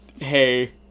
hey